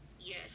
Yes